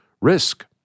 risk